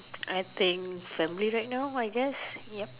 I think family right now I guess